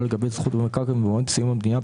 לגבי הזכות במקרקעין במועד סיום הבנייה,